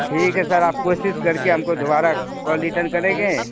ٹھیک ہے سر آپ کوشش کر کے ہم کو دوبارہ کال ریٹرن کریں گے